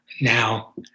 now